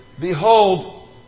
Behold